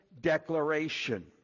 declaration